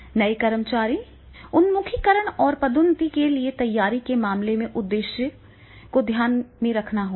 नए कर्मचारी उन्मुखीकरण और पदोन्नति के लिए तैयारी के मामले में उद्देश्य को ध्यान में रखना होगा